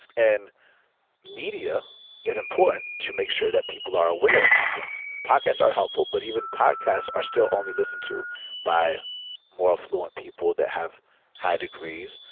and media is important to make sure that people are aware of these things. podcasts are helpful, but even podcasts are still only listened to by more fluent people that have high-degrees.